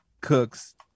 Cooks